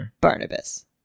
Barnabas